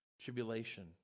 tribulation